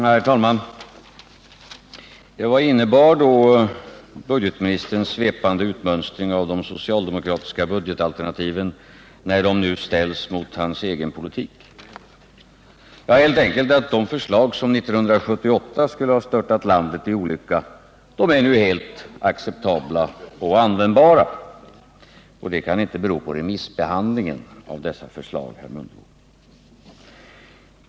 Herr talman! Vad innebar budgetministerns svepande utmönstring av de socialdemokratiska budgetalternativen, när dessa nu ställdes emot hans egen politik? Jo, helt enkelt att de förslag som 1978 skulle ha störtat landet i olycka nu är helt acceptabla och användbara. Och det kan inte bero på remissbehandlingen av dessa förslag, herr Mundebo.